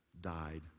died